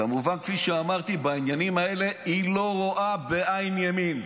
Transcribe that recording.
כפי שאמרתי, בעניינים האלה היא לא רואה בעין ימין,